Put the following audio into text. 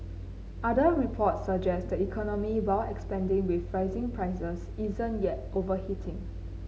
other reports suggest the economy while expanding with rising prices isn't yet overheating